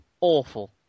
awful